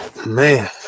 Man